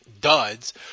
duds